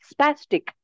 spastic